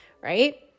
right